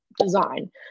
design